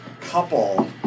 couple